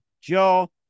Joe